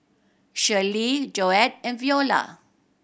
Shelley Joette and Viola